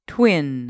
Twin